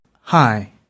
Hi